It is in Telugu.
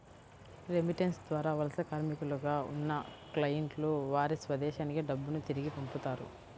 రెమిటెన్స్ ద్వారా వలస కార్మికులుగా ఉన్న క్లయింట్లు వారి స్వదేశానికి డబ్బును తిరిగి పంపుతారు